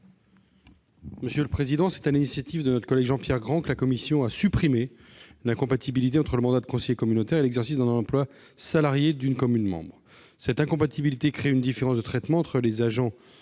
de la commission ? Sur l'initiative de notre collègue Jean-Pierre Grand, la commission a supprimé l'incompatibilité entre le mandat de conseiller communautaire et l'exercice d'un emploi salarié au sein d'une commune membre de l'EPCI. Cette incompatibilité crée en effet une différence de traitement entre les agents